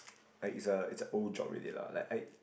like is a is a old job already lah like I